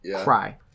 cry